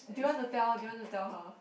do you want to tell do you want to tell her